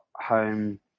home